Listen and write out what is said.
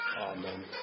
Amen